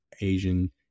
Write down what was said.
Asian